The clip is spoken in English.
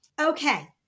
Okay